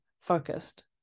focused